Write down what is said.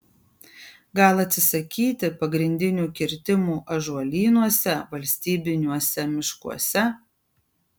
gal atsisakyti pagrindinių kirtimų ąžuolynuose valstybiniuose miškuose